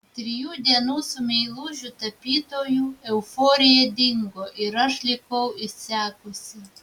trijų dienų su meilužiu tapytoju euforija dingo ir aš likau išsekusi